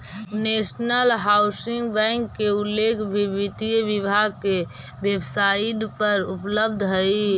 national housing bank के उल्लेख भी वित्त विभाग के वेबसाइट पर उपलब्ध हइ